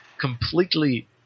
completely